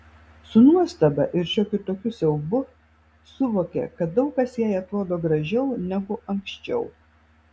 su nuostaba ir šiokiu tokiu siaubu suvokė kad daug kas jai atrodo gražiau negu anksčiau